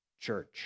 Church